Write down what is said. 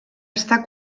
està